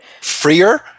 Freer